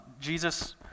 Jesus